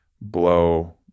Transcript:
blow